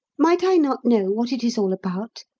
might i not know what it is all about?